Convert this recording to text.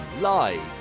live